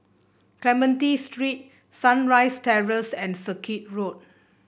Clementi Street Sunrise Terrace and Circuit Road